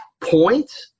point